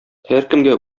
һәркемгә